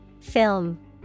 Film